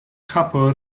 kapo